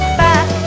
back